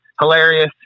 hilarious